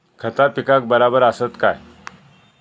खता पिकाक बराबर आसत काय?